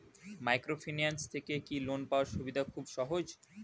Microfinance থেকে কি loan পাওয়ার সুবিধা খুব সহজ?